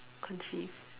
conceive